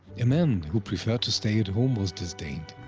a man, who preferred to stay at home was disdained.